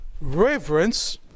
reverence